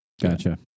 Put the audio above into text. Gotcha